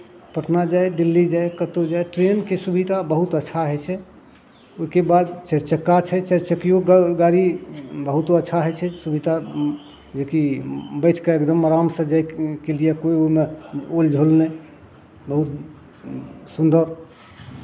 पटना जाय दिल्ली जाय कतहु जाय ट्रेनके सुविधा बहुत अच्छा होइ छै ओहिके बाद चारि चक्का छै चारि चक्किओ गाड़ी बहुत अच्छा होइ छै सुविधा जेकि बैठि कऽ एकदम आरामसँ जायके लिए कोइ ओहिमे ओलझोल नहि बहुत सुन्दर